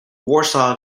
warsaw